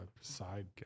side